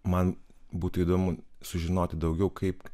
man būtų įdomu sužinoti daugiau kaip